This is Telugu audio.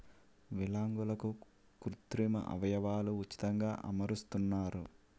విలాంగులకు కృత్రిమ అవయవాలు ఉచితంగా అమరుస్తున్నారు